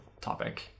topic